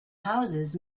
houses